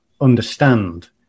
understand